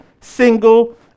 single